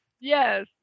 Yes